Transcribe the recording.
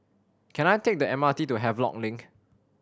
can I take the M R T to Havelock Link